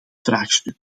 vraagstuk